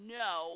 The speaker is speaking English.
no